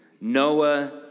Noah